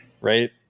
right